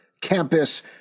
campus